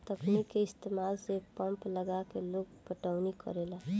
तकनीक के इस्तमाल से पंप लगा के लोग पटौनी करेला